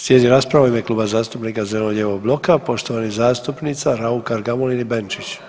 Slijedi rasprava u ime Kluba zastupnika Zeleno-lijevog bloka poštovana zastupnica Raukar-Gamulin i Benčić.